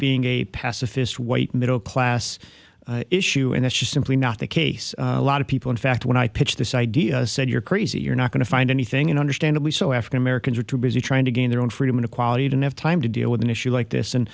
being a pacifist white middle class issue and that's just simply not the case a lot of people in fact when i pitched this idea said you're crazy you're not going to find anything and understandably so african americans are too busy trying to gain their own freedom and equality didn't have time to deal with an issue like this and